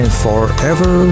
forever